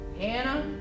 Anna